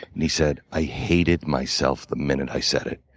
and he said, i hated myself the minute i said it.